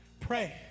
pray